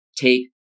take